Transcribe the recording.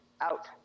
out